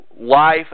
life